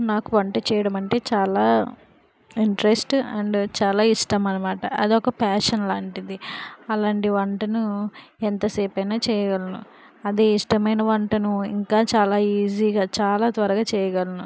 నాకు వంట చేయడం అంటే చాలా ఇంట్రెస్ట్ అండ్ చాలా ఇష్టం అనమాట అది ఒక ప్యాషన్ లాంటిది అలాంటి వంటను ఎంతసేపైన చేయగలను అదే ఇష్టమైన వంటను ఇంకా చాలా ఈజీ గా చాలా త్వరగా చేయగలను